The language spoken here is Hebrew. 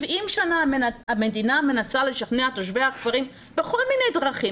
70 שנה המדינה מנסה לשכנע את תושבי הכפרים בכל מיני דרכים,